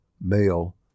male